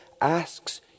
asks